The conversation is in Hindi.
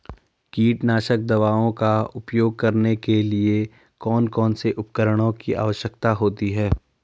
कीटनाशक दवाओं का उपयोग करने के लिए कौन कौन से उपकरणों की आवश्यकता होती है?